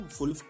Full